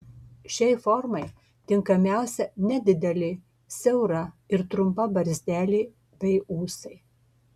šiai formai tinkamiausia nedidelė siaura ir trumpa barzdelė bei ūsai